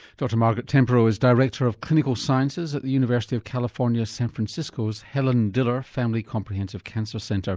dr margaret tempero is director of clinical sciences at the university of california san francisco's helen diller family comprehensive cancer center.